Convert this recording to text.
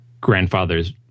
grandfather's